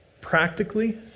practically